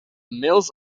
mills